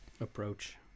approach